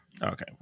Okay